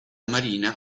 marina